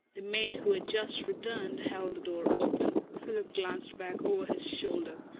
the maid, who had just returned, held the door open. philip glanced back over his shoulder.